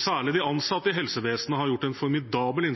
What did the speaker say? Særlig de ansatte i helsevesenet har gjort en formidabel